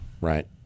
Right